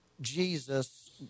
Jesus